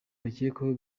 bakekwaho